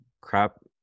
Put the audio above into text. crap